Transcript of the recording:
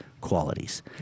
qualities